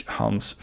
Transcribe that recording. hans